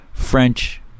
French